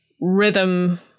rhythm